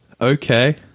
okay